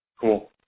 Cool